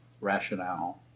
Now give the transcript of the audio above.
rationale